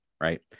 right